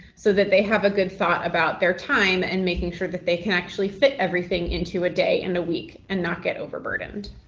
so that they have a good thought about their time and making sure that they can actually fit everything into a day and a week and not get overburdened.